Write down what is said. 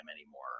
anymore